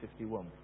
1951